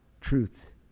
Truth